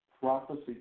prophecy